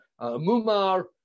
mumar